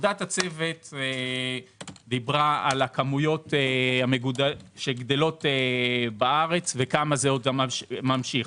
עבודת הצוות דיברה על הכמויות שגדלות בארץ וכמה זה ממשיך.